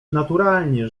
naturalnie